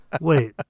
Wait